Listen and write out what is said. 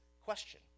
question